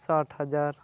ᱥᱟᱴ ᱦᱟᱡᱟᱨ